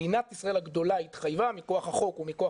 מדינת ישראל הגדולה התחייבה מכח החוק ומכח